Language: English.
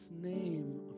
name